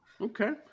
okay